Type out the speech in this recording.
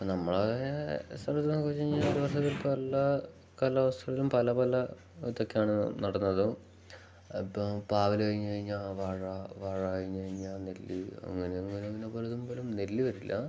ഇപ്പ നമ്മള സ്ഥലത്തെക്കോച്ച് കഴിഞ്ഞാ ദിവസക്ക്ല്ല കാലാവസ്ഥിലും പല പല ഇതൊക്കെയാണ് നടന്നതും ഇപ്പ പാവല് കഴിഞ്ഞ് കഴിഞ്ഞാ വാഴ വാഴ കഴിഞ്ു കഴിഞ്ഞാ നെല്ല് അങ്ങനെ അങ്ങനെ അങ്ങനെ പലതും പോലും നെല് വരില്ല